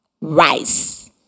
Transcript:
rice